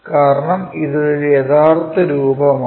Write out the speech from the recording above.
കാരണം ഇത് ഒരു യഥാർത്ഥ രൂപമാണ്